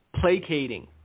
placating